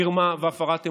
מרמה והפרת אמונים.